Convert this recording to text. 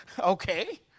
okay